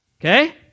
okay